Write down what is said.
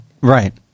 Right